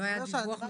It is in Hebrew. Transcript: לא היה דיווח מסודר.